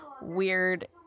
Weird